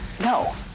No